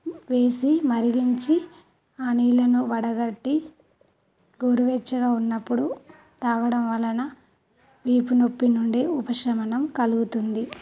వేసి మరిగించి ఆ నీళ్ళను వడగట్టి గోరువెచ్చగా ఉన్నప్పుడు తాగడం వలన వీపు నొప్పి నుండి ఉపశమనం కలుగుతుంది